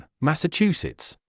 Massachusetts